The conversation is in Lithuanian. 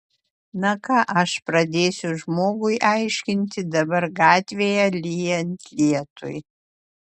na ką aš pradėsiu žmogui aiškinti dabar gatvėje lyjant lietui